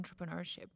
entrepreneurship